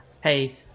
hey